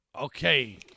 Okay